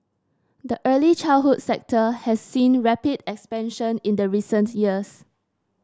the early childhood sector has seen rapid expansion in the recent years